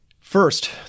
First